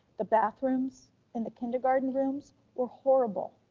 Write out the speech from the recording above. the bathrooms and the kindergarten rooms were horrible.